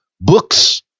books